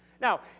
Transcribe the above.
Now